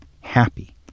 happy